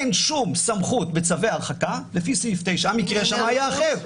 אין שום סמכות בצווי הרחקה לפי סעיף 9. המקרה שם היה אחר.